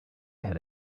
had